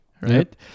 right